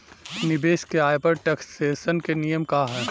निवेश के आय पर टेक्सेशन के नियम का ह?